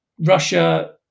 Russia